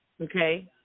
okay